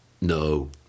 no